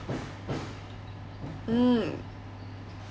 mm